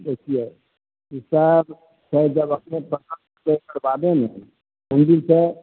देखियौ ईसब छै जगह अपने देखब तकरबादे ने सेंडिलके